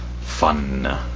fun